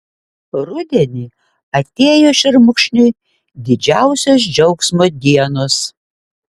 rudenį atėjo šermukšniui didžiausios džiaugsmo dienos